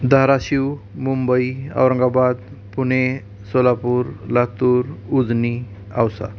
Dharashiv Mumbai Aurangabad Pune Solapur Latur Ujani Ausa